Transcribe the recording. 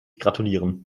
gratulieren